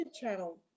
channel